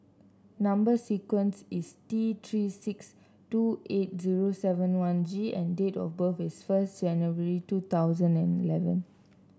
number sequence is T Three six two eight zero seven one G and date of birth is one January two thousand and eleven